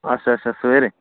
अच्छा अच्छा सवेरे